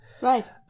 Right